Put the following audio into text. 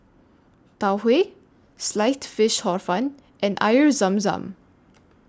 Tau Huay Sliced Fish Hor Fun and Air Zam Zam